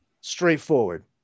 straightforward